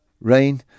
rain